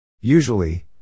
Usually